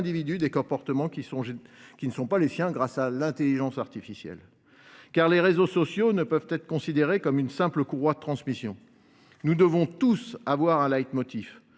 des comportements qui ne sont pas les siens grâce à l’intelligence artificielle. En effet, les réseaux sociaux ne peuvent être considérés comme une simple courroie de transmission. Nous devons tous avoir un leitmotiv